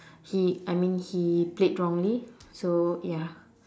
he I mean he played wrongly so ya